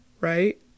Right